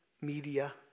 media